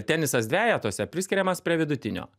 tenisas dvejetuose priskiriamas prie vidutinio